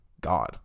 God